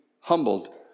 humbled